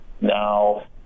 Now